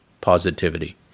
positivity